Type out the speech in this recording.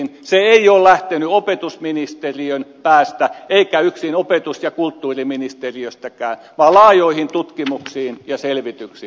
se ei ole lähtenyt opetusministeriön päästä eikä yksin opetus ja kulttuuriministeriöstäkään vaan se perustuu laajoihin tutkimuksiin ja selvityksiin